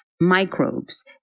microbes